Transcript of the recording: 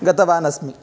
गतवानस्मि